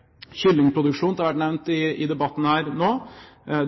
har vært nevnt i debatten her nå.